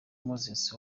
moses